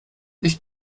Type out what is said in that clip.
ich